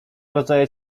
rodzaje